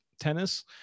tennis